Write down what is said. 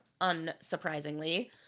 unsurprisingly